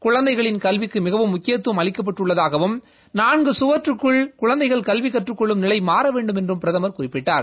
குழந்தைகளின் கல்விக்கு மிகவும் முக்கியத்துவம் அளிக்கப்பட்டுள்ளதாகவும் நான்கு கவற்றக்கள் குழந்தைகள் கல்வி கற்றுக் கொள்ளும் நிலை மாற வேண்டுமென்றும் பிரதமர் குறிப்பிட்டார்